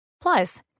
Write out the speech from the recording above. Plus